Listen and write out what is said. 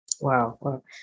Wow